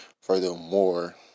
furthermore